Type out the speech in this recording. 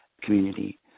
community